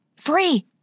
Free